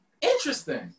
Interesting